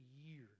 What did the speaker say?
years